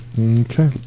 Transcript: okay